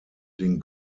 den